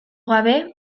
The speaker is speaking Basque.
gabe